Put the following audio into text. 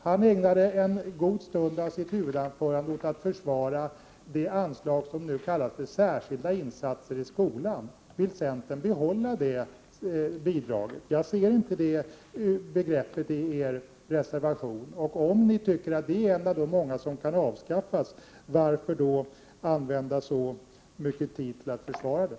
Han ägnade en god stund av sitt huvudanförande åt att försvara det anslag som nu kallas Särskilda insatser i skolan. Vill centern behålla det bidraget? Jag ser inte det begreppet i er reservation. Om ni tycker att det är ett av de många bidrag som kan avskaffas, varför använder ni då så mycket tid åt att försvara det?